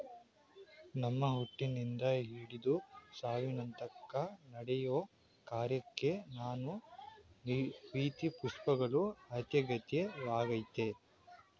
ನಮ್ಮ ಹುಟ್ಟಿನಿಂದ ಹಿಡ್ದು ಸಾವಿನತನ್ಕ ನಡೆಯೋ ಕಾರ್ಯಕ್ಕೆ ನಾನಾ ರೀತಿ ಪುಷ್ಪಗಳು ಅತ್ಯಗತ್ಯವಾಗಯ್ತೆ